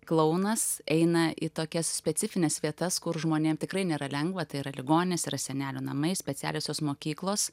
klounas eina į tokias specifines vietas kur žmonėm tikrai nėra lengva tai yra ligoninės yra senelių namai specialiosios mokyklos